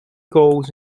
goals